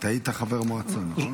-- אתה היית חבר מועצה, נכון?